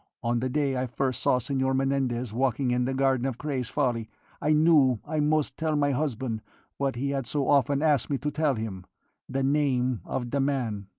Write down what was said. on the day i first saw senor menendez walking in the garden of cray's folly i knew i must tell my husband what he had so often asked me to tell him the name of the man.